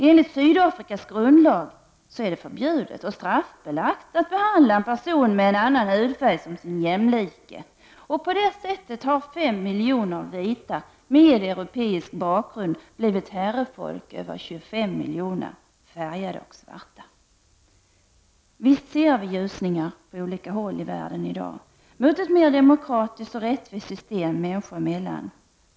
Enligt Sydafrikas grundlag är det förbjudet och straffbelagt att behandla en person med en annan hudfärg som sin jämlike. På det sättet har fem miljoner vita med europeisk bakgrund blivit herrefolk över 25 miljoner färgade och svarta. Visst ser vi ljusningar på olika håll i världen i dag, en utveckling mot ett mera demokratiskt och rättvist system människor emellan.